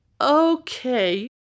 okay